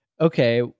okay